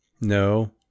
No